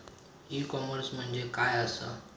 E commerce म्हणजे काय असा?